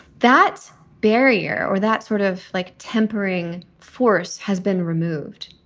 that barrier or that sort of like tempering force has been removed.